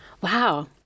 Wow